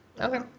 Okay